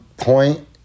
point